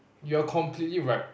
you are completely right